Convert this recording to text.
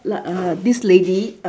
like uh this lady uh